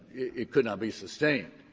it could not be sustained.